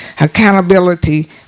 accountability